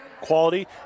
quality